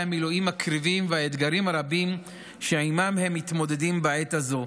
המילואים מקריבים והאתגרים הרבים שעימם הם מתמודדים בעת הזו,